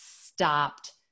stopped